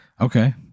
Okay